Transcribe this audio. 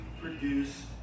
produce